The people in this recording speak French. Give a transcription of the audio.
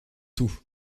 tout